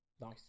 Nice